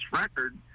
record